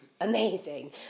amazing